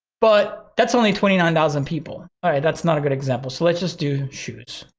but that's only twenty nine thousand people, alright? that's not a good example. so let's just do shoes,